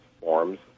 forms